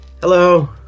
Hello